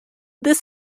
this